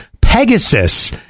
Pegasus